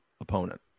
opponent